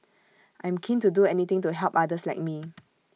I'm keen to do anything to help others like me